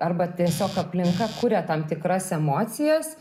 arba tiesiog aplinka kuria tam tikras emocijas